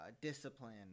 discipline